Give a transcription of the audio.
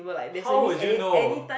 how would you know